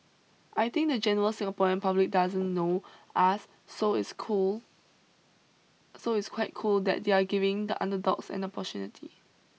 I think the general Singaporean public doesn't know us so it's cool so it's quite cool that they're giving the underdogs an opportunity